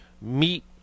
meet